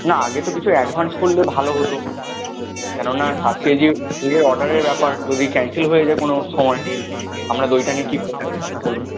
না আগে তো কিছু অ্যাডভান্স করলে ভালো হতো কেন না সাত কেজি দইয়ের অর্ডারের ব্যাপার যদি ক্যান্সেল হয়ে যায় কোনো সময় আমরা দইটা নিয়ে কি করবো বলুন